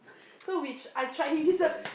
so we I tried him he's a